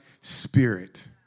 spirit